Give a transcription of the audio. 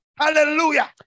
Hallelujah